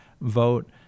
vote